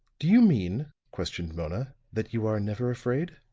do you mean, questioned mona, that you are never afraid?